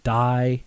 die